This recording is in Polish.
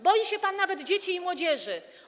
Boi się pan nawet dzieci i młodzieży.